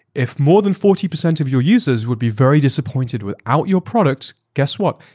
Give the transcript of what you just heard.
if more than forty percent of your users would be very disappointed without your product, guess what?